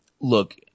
look